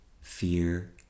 fear